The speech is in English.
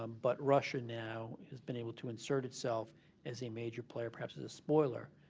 um but russia now has been able to insert itself as a major player, perhaps as a spoiler,